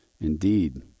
Indeed